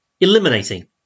eliminating